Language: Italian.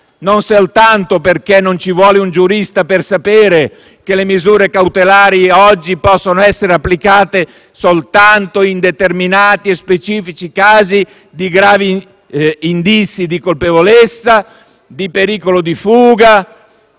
ridicola. Non ci vuole un giurista per sapere che le misure cautelari oggi possono essere applicate soltanto in determinati e specifici casi (gravi indizi di colpevolezza, pericolo di fuga,